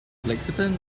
lexington